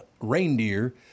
reindeer